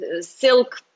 silk